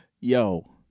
yo